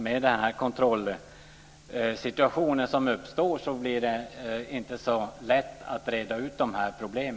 Med den kontrollsituation som uppstår blir det inte så lätt att reda ut dessa problem.